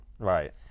Right